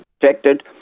protected